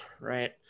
right